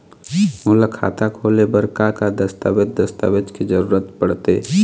मोला खाता खोले बर का का दस्तावेज दस्तावेज के जरूरत पढ़ते?